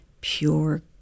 pure